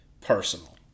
personal